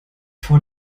vor